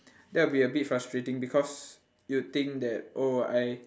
that'll be a bit frustrating because you'd think that oh I